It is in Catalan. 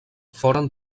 foren